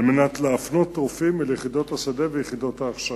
על מנת להפנות רופאים אל יחידות השדה ויחידות ההכשרה.